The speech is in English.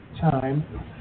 Time